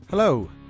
Hello